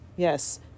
Yes